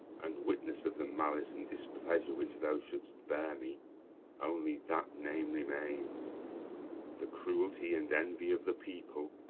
and witness of the malice and displeasure which thou shouldst bear me only that name remains the cruelty and envy of the people,